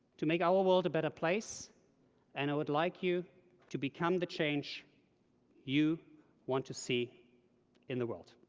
to make our world a better place and i would like you to become the change you want to see in the world.